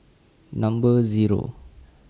Number Zero